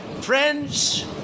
friends